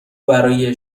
برای